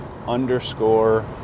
underscore